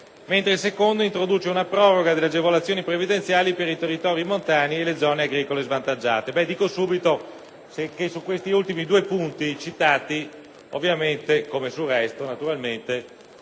secondo, invece, introduce una proroga delle agevolazioni previdenziali per i territori montani e le zone agricole svantaggiate.